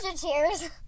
cheers